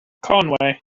conway